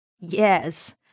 Yes